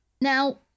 Now